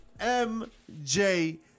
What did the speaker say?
MJ